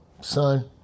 son